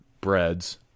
breads